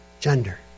gender